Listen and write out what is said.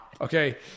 Okay